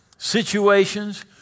situations